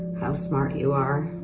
how smart you are,